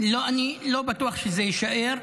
לא, אני לא בטוח שזה יישאר.